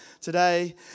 today